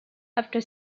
after